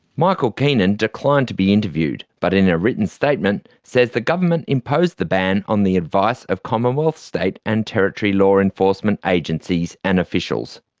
michael keenan declined to be interviewed, but in a written statement says the government imposed the ban on the advice of commonwealth, state and territory law enforcement agencies and officials.